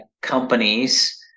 companies